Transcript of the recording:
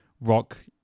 rock